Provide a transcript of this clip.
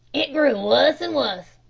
it grew worse and worse,